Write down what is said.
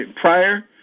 prior